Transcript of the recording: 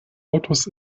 autos